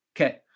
Okay